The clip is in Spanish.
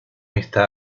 está